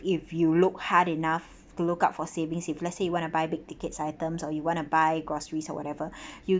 if you look hard enough look out for savings if let's say you want to buy big ticket items or you want to buy groceries or whatever you